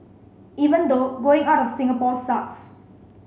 even though going out of Singapore sucks